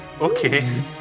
Okay